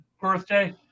birthday